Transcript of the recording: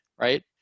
right